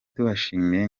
tubashimiye